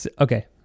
Okay